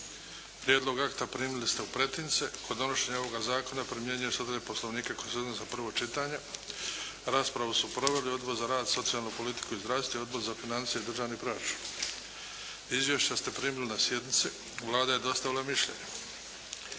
Prijedlog akta primili ste u pretince. Kod donošenja ovoga zakona primjenjuju se odredbe Poslovnika koji se odnosi na prvo čitanje. Raspravu su proveli Odbor za rad, socijalnu politiku i zdravstvo i Odbor za financije i državni proračun. Izvješća ste primili na sjednici. Vlada je dostavila mišljenje.